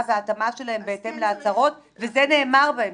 וההתאמה שלהם בהתאם להצהרות וזה נאמר בהמשך.